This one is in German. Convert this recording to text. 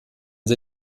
sie